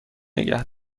نگه